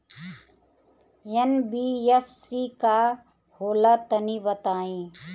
NBFC का होला तनि बताई?